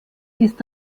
ist